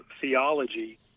theology